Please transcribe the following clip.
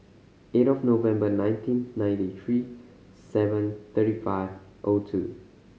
eight of November nineteen ninety three seven thirty five O two